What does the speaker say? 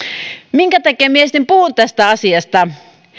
minkä takia minä sitten puhun tästä asiasta